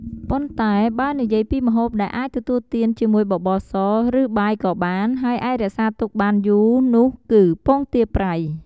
ប៉ុន្តែបើនិយាយពីម្ហូបដែលអាចទទួលទានជាមួយបបរស ឬបាយក៏បាន ហើយអាចរក្សាទុកបានយូរនោះគឺ ពងទាប្រៃ។